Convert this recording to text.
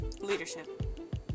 leadership